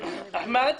טוב.